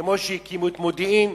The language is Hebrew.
כמו שהקימו את מודיעין,